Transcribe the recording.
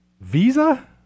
Visa